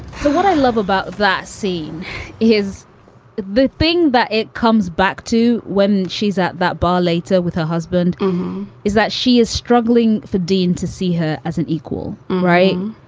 what i love about that scene is the thing, but it comes back to when she's at that bar later with her husband is that she is struggling for dean to see her as an equal. right.